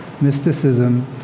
mysticism